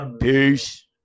Peace